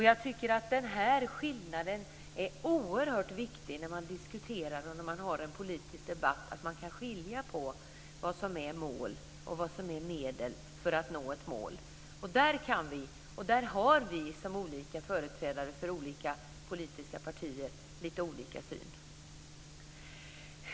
Jag tycker att den här skillnaden är oerhört viktig. När man diskuterar och har en politisk debatt måste man kunna skilja på vad som är mål och vad som är medel för att nå ett mål. Där kan vi ha, och där har vi, som olika företrädare för olika politiska partier lite olika syn.